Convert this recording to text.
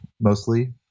mostly